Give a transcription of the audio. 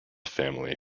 family